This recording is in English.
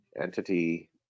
entity